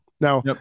Now